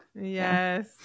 Yes